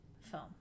film